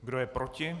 Kdo je proti?